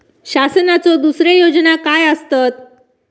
शासनाचो दुसरे योजना काय आसतत?